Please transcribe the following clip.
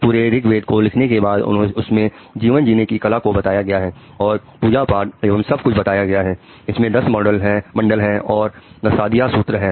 पूरे ऋग्वेद को लिखने के बाद उसमें जीवन जीने की कला को बताया गया है और पूजा पाठ एवं सब कुछ बताया गया है और इसमें 10 मंडल हैं और नासादिया सूत्र हैं